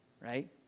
right